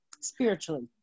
Spiritually